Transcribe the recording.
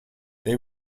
they